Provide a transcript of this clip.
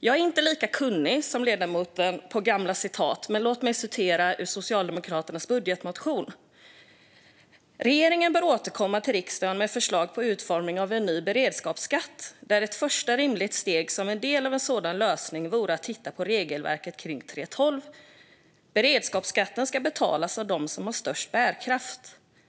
Jag är lika kunnig som ledamoten på gamla citat, men låt mig citera ur Socialdemokraternas budgetmotion: "Regeringen bör återkomma till riksdagen med förslag på utformning av en ny beredskapsskatt, där ett första rimligt steg som en del av en sådan lösning vore att titta på regelverket kring 3:12 inför år 2024. Beredskapsskatten ska betalas av dem som har störst bärkraft.